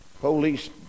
police